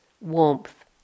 warmth